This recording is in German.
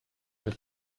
mit